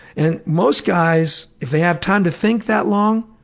and most guys, if they have time to think that long,